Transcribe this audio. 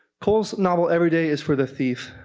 cole's novel, every day is for the thief,